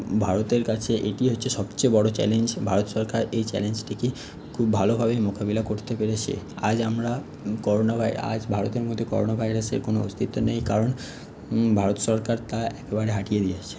ভারতের কাছে এটি হচ্ছে সবচেয়ে বড়ো চ্যালেঞ্জ ভারত সরকার এই চ্যালেঞ্জটিকে খুব ভালোভাবেই মোকাবেলা করতে পেরেছে আজ আমরা করোনা আজ ভারতের মধ্যে করোনা ভাইরাসের কোনো অস্তিত্ব নেই কারণ ভারত সরকার তা একেবারে হাটিয়ে দিয়েছে